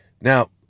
Now